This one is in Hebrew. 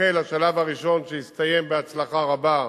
החל השלב הראשון, שהסתיים בהצלחה רבה.